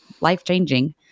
life-changing